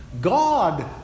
God